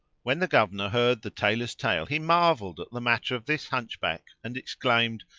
when the governor heard the tailor's tale he marvelled at the matter of this hunchback and exclaimed.